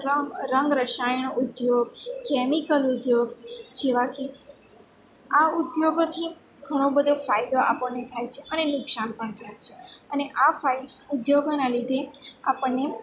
રંગ રંગ રસાયણ ઉદ્યોગ કેમિકલ ઉદ્યોગ જેવા કે આ ઉદ્યોગોથી ઘણો બધો ફાયદો આપણને થાય છે અને નુકસાન પણ થાય છે અને આ ઉદ્યોગોને લીધે આપણને